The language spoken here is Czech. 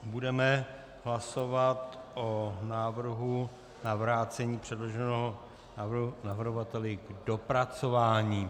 Budeme hlasovat o návrhu na vrácení předloženého návrhu navrhovateli k dopracování.